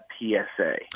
PSA